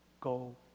go